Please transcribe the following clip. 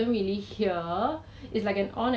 那个 value shop hor the Dettol right